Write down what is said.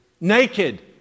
naked